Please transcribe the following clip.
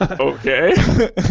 okay